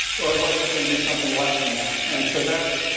or was it going to be something less than that? and so that's,